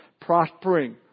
prospering